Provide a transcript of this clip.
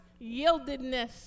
yieldedness